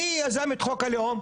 מי יזם את חוק הלאום?